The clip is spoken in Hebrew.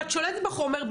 אם את שולטת בחומר,